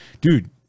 dude